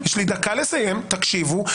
יש לי דקה לסיים, תקשיבו.